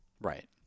Right